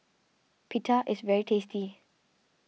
Pita is very tasty